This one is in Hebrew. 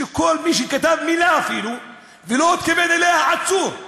שכל מי שכתב מילה אפילו ולא התכוון אליה, עצור.